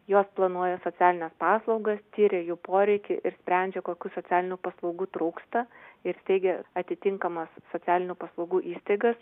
jos planuoja socialines paslaugas tiria jų poreikį ir sprendžia kokių socialinių paslaugų trūksta ir steigia atitinkamas socialinių paslaugų įstaigas